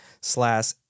slash